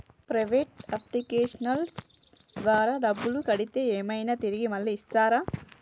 Private అప్లికేషన్ల ద్వారా డబ్బులు కడితే ఏమైనా తిరిగి మళ్ళీ ఇస్తరా?